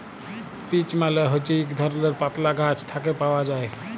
peach মালে হছে ইক ধরলের পাতলা গাহাচ থ্যাকে পাউয়া যায়